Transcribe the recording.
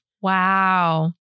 Wow